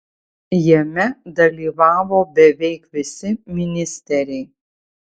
jame dalyvavo beveik visi ministeriai